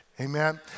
amen